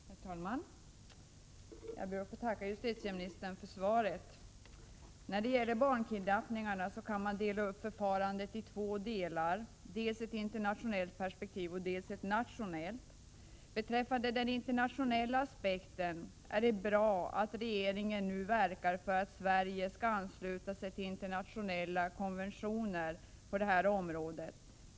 Herr talman! Jag ber att få tacka justitieministern för svaret. När det gäller barnkidnappningarna kan man dela upp förfarandet i två delar: dels ett internationellt perspektiv, dels ett nationellt. Beträffande den internationella aspekten är det bra att regeringen nu verkar för att Sverige skall ansluta sig till internationella konventioner på detta område.